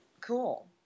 Cool